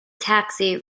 taxi